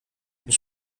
mich